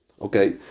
Okay